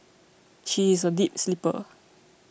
she is a deep sleeper